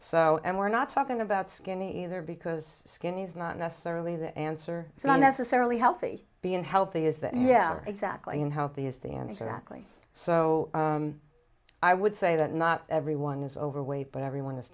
so and we're not talking about skinny either because skinny is not necessarily the answer it's not necessarily healthy being healthy is that yeah exactly unhealthy is the answer that glee so i would say that not everyone is overweight but everyone is